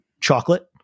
chocolate